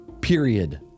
period